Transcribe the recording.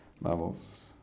levels